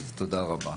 אז תודה רבה.